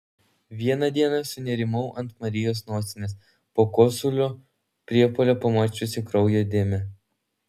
vieną dieną sunerimau ant marijos nosinės po kosulio priepuolio pamačiusi kraujo dėmę